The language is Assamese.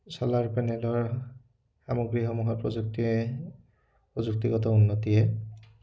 চ'লাৰ পেনেলৰ সামগ্ৰীসমূহত প্ৰযুক্তিয়ে প্ৰযুক্তিগত উন্নতিয়ে